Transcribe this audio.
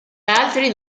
altri